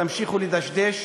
ותמשיכו לדשדש,